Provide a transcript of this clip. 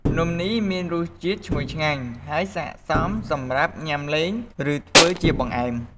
នំនេះមានរសជាតិឈ្ងុយឆ្ងាញ់ ហើយស័ក្តិសមសម្រាប់ញ៉ាំលេង ឬធ្វើជាបង្អែម។